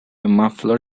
muffler